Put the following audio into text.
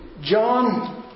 John